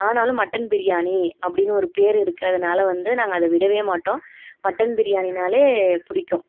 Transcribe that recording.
ஆனாலும் மட்டன் பிரியாணி அப்படின்னு ஒரு பேர் இருக்கிறதுனால வந்து நாங்கள் அதை விடவே மாட்டோம் மட்டன் பிரியாணினாலே பிடிக்கும்